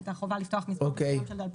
את החובה לפתוח מספר מסוים של דלפקים.